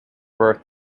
birth